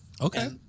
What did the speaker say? Okay